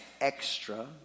extra